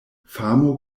famo